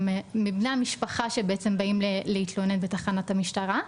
מבני המשפחה שבאים להתלונן בתחנת המשטרה,